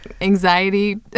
anxiety